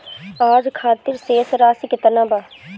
आज खातिर शेष राशि केतना बा?